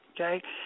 Okay